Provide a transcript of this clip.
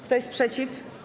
Kto jest przeciw?